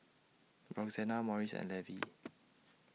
Roxana Morris and Levie